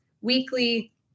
weekly